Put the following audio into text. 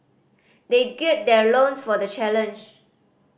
they gird their loins for the challenge